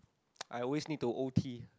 I always need to o_t